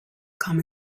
come